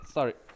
Sorry